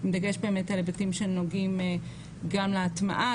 בדגש על היבטים שנוגעים גם להטמעה,